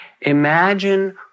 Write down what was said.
Imagine